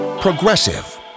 Progressive